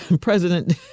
President